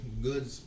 Good